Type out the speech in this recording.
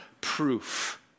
proof